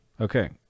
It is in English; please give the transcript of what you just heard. Okay